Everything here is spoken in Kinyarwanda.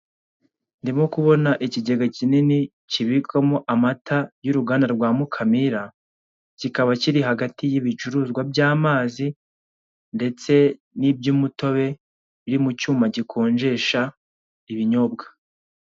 Ndimo kubona ikigega kiniini kibikwamo amata y'uruganda rwa Mukamira kikaba kiri hagati y'ibicuruzwa by'amazi ndetse n'iby'imitobe iri mu cyuma gikonjesha ibinyobwa.